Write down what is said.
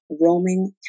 roaming